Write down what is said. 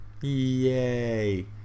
Yay